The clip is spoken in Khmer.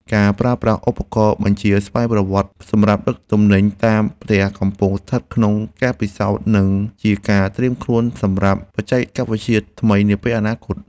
ការប្រើប្រាស់ឧបករណ៍បញ្ជាស្វ័យប្រវត្តិសម្រាប់ដឹកទំនិញតាមផ្ទះកំពុងស្ថិតក្នុងការពិសោធន៍ និង ជាការត្រៀមខ្លួនសម្រាប់បច្ចេកវិទ្យាថ្មីនាពេលអនាគត។